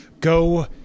go